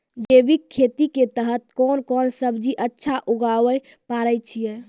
जैविक खेती के तहत कोंन कोंन सब्जी अच्छा उगावय पारे छिय?